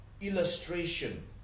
illustration